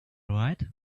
right